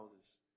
houses